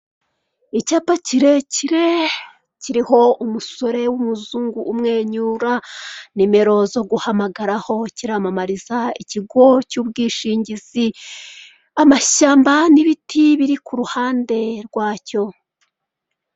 Icyapa kirekire kiriho umusore w'umuzungu umwenyura, nimero zo guhamagaraho, kiramamariza ikigo cy'ubwishingizi. Amashyamba n'ibiti biri ku ruhande rwacyo.